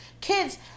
kids